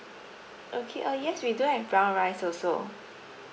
okay uh yes we do have brown rice also